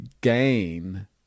gain